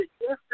yes